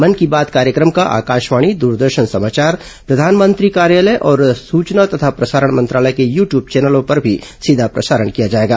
मन की बात कार्यक्रम का आकाशवाणी द्रदर्शन समाचार प्रधानमंत्री कार्यालय और सूचना तथा प्रसारण मंत्रालय के यू ट्यूब चैनलों पर भी सीधा प्रसारण किया जाएगा